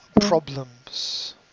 problems